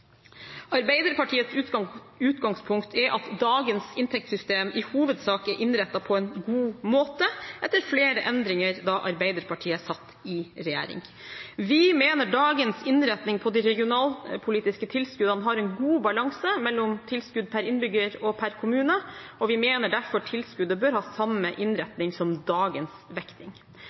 Arbeiderpartiets utgangspunkt er at dagens inntektssystem i hovedsak er innrettet på en god måte etter flere endringer da Arbeiderpartiet satt i regjering. Vi mener dagens innretning på de regionalpolitiske tilskuddene har en god balanse mellom tilskudd per innbygger og per kommune, og vi mener derfor tilskuddet bør ha samme innretning som dagens vekting.